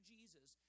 Jesus